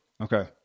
Okay